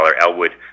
Elwood